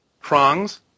Prongs